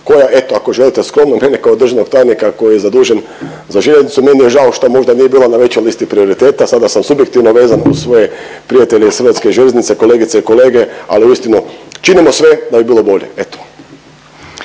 …/Govornik se ne razumije./… mene kao državnog tajnika koji je zadužen za željeznici, meni je žao što možda nije bila na većoj listi prioriteta. Sada sam subjektivno vezan uz prijatelje iz Hrvatske željeznice kolegice i kolege, ali uistinu činimo sve da bi bilo bolje,